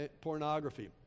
Pornography